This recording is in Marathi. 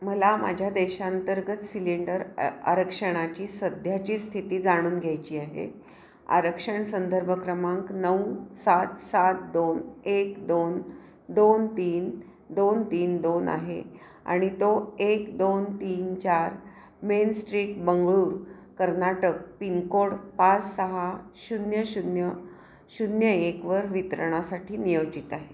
मला माझ्या देशांतर्गत सिलेंडर आरक्षणाची सध्याची स्थिती जाणून घ्यायची आहे आरक्षण संदर्भ क्रमांक नऊ सात सात दोन एक दोन दोन तीन दोन तीन दोन आहे आणि तो एक दोन तीन चार main street Bengaluru Karnataka pin code पाच सहा शून्य शून्य शून्य एकवर वितरणासाठी नियोजित आहे